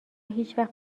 هیچوقت